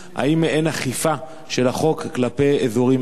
האם אין אכיפה של החוק כלפי אזורים אלו?